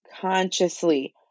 consciously